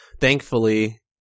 thankfully